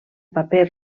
paper